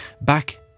Back